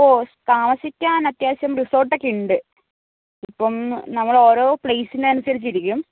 ഓ താമസിക്കാൻ അത്യാവശ്യം റിസോട്ടൊക്കെ ഉണ്ട് ഇപ്പോൾ നമ്മൾ ഓരോ പ്ലെയ്സിനനുസരിച്ച് ഇരിക്കും